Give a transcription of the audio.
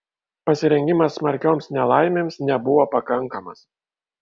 pasirengimas smarkioms nelaimėms nebuvo pakankamas